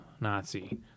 Nazi